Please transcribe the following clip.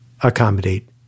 accommodate